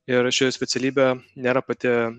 ir ši specialybė nėra pati